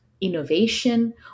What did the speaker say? innovation